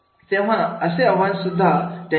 तेव्हा असे आव्हान सुद्धा त्यांच्यासाठी प्रेरणा ठरत असतं